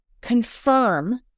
confirm